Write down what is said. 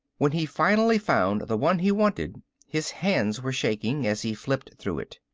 when he finally found the one he wanted his hands were shaking as he flipped through it.